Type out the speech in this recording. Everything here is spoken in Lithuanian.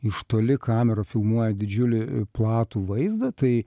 iš toli kamera filmuoja didžiulį platų vaizdą tai